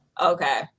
Okay